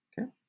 Okay